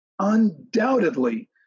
undoubtedly